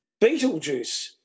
Beetlejuice